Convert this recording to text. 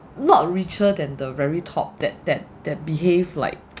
not richer than the very top that that that behave like